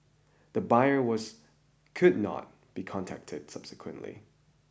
the buyer was could not be contacted subsequently